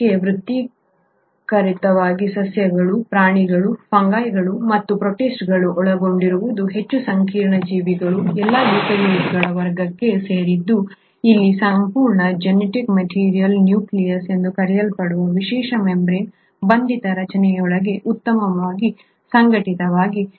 ಇದಕ್ಕೆ ವ್ಯತಿರಿಕ್ತವಾಗಿ ಸಸ್ಯಗಳು ಪ್ರಾಣಿಗಳು ಫಂಗೈಗಳು ಮತ್ತು ಪ್ರೋಟಿಸ್ಟ್ಗಳನ್ನು ಒಳಗೊಂಡಿರುವ ಹೆಚ್ಚು ಸಂಕೀರ್ಣ ಜೀವಿಗಳು ಎಲ್ಲಾ ಯೂಕ್ಯಾರಿಯೋಟ್ಗಳ ವರ್ಗಕ್ಕೆ ಸೇರಿದ್ದು ಅಲ್ಲಿ ಸಂಪೂರ್ಣ ಜೆನೆಟಿಕ್ ಮೆಟೀರಿಯಲ್ ನ್ಯೂಕ್ಲಿಯಸ್ ಎಂದು ಕರೆಯಲ್ಪಡುವ ವಿಶೇಷ ಮೆಂಬ್ರೇನ್ ಬಂಧಿತ ರಚನೆಯೊಳಗೆ ಉತ್ತಮವಾಗಿ ಸಂಘಟಿತವಾಗಿದೆ